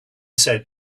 said